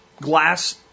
glass